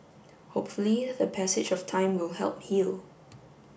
hopefully the passage of time will help heal